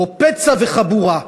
או פצע וחבורה.